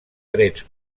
trets